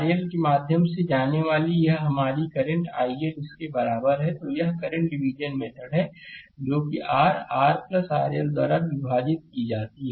यदि RL के माध्यम से जाने वाली यह हमारी करंट iL इसके बराबर है तो यह करंट डिविजन मेथड है जो कि R R RL द्वारा विभाजित की जाती है